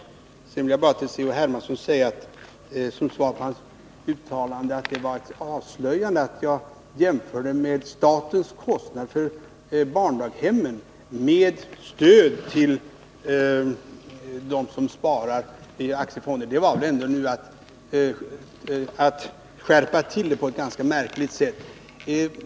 C.-H. Hermansson sade att det var avslöjande att jag jämförde statens kostnader för barndaghemmen med stödet till dem som sparar i aktiefonder. Det var väl ändå att skärpa till det på ett ganska märkligt sätt.